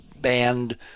band